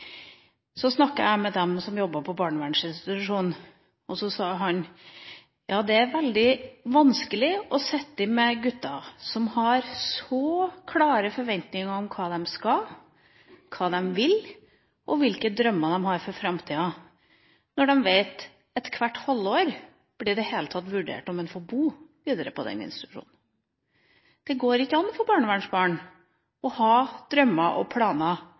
Så snakket jeg med dem som jobbet på barnevernsinstitusjonen. De sa at det er veldig vanskelig med gutter som har så klare forventninger om hva de skal, hva de vil, og hvilke drømmer de har om framtida – når de vet at det hvert halvår blir vurdert om de i det hele tatt får bo videre på den institusjonen. Det går ikke an for barnevernsbarn å ha drømmer og planer